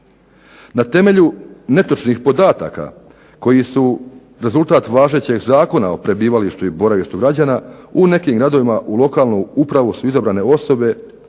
Na temelju netočnih podataka koji su rezultat važećeg Zakona o prebivalištu i boravištu građana, u nekim gradovima u lokalnu upravu su izabrane osobe